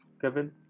Kevin